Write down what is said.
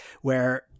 where-